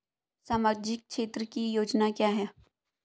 सामाजिक क्षेत्र की योजना क्या है?